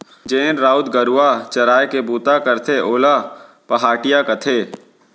जेन राउत गरूवा चराय के बूता करथे ओला पहाटिया कथें